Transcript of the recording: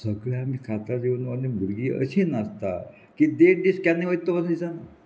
सगळें आमी खाता येवन आनी भुरगीं अशी नाचता की देड दीस केन्ना वयतलो वच दिसना